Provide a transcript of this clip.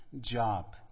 job